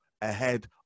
ahead